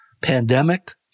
pandemic